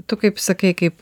tu kaip sakai kaip